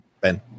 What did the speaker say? Ben